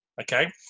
Okay